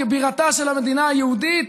כבירתה של המדינה היהודית,